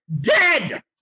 dead